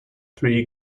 three